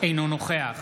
אינו נוכח